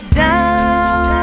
down